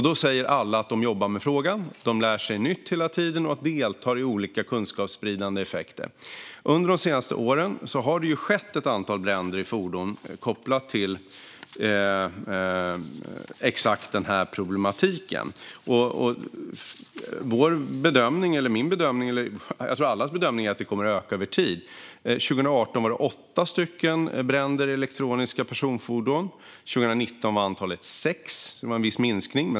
Då säger alla att de jobbar med frågan. De lär sig nytt hela tiden och deltar i olika saker som får effekten att kunskap sprids. Under de senaste åren har det skett ett antal bränder i fordon kopplat till exakt denna problematik. Vår bedömning är - och jag tror att det är allas bedömning - att detta kommer att öka över tid. År 2018 var det 8 bränder i elektroniska personfordon. År 2019 var antalet 6, och det var en viss minskning.